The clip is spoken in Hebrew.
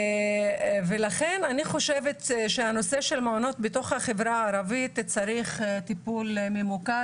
לכן אני חושבת שהנושא של מעונות בתוך החברה הערבית צריך טיפול ממוקד